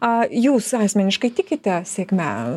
a jūs asmeniškai tikite sėkme